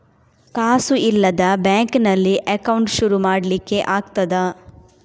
ಕಾಸು ಇಲ್ಲದ ಬ್ಯಾಂಕ್ ನಲ್ಲಿ ಅಕೌಂಟ್ ಶುರು ಮಾಡ್ಲಿಕ್ಕೆ ಆಗ್ತದಾ?